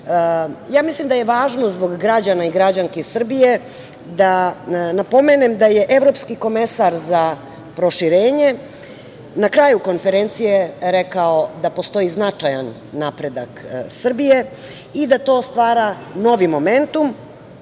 Mislim da je važno zbog građana i građanki Srbije da napomenem da je evropski komesar za proširenje na kraju konferencije rekao da postoji značajan napredak Srbije i da to stvara novi momentum